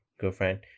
girlfriend